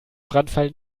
brandfall